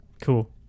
cool